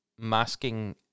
masking